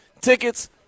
Tickets